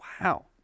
Wow